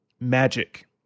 Magic